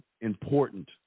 important